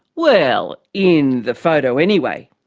well, in the photo anyway.